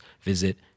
visit